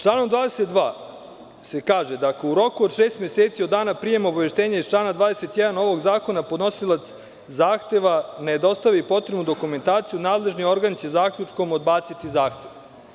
Članom 22. se kaže da ako u roku od 6 meseci od dana prijema obaveštenja iz člana 21. ovog zakona podnosilac zahteva ne dostavi potrebnu dokumentaciju nadležni organ će zaključkom odbaciti zahtev.